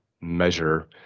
measure